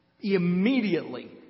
Immediately